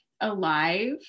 alive